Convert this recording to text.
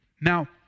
Now